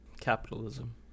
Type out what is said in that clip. Capitalism